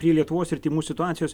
prie lietuvos ir tymų situacijos